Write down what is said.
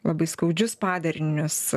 labai skaudžius padarinius